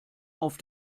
auf